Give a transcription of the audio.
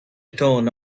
tone